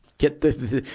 get the, the,